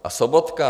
A Sobotka?